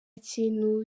kintu